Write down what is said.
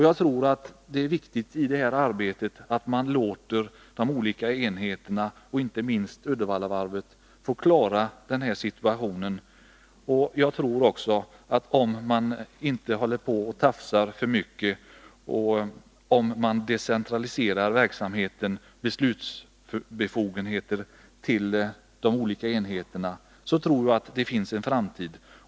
Jag tror det är viktigt i detta arbete att man låter de olika enheterna, inte minst Uddevallavarvet, få klara den här situationen. Om man inte tafsar för mycket utan decentraliserar verksamheten och beslutsbefogenheterna till de olika enheterna tror jag att det finns en framtid.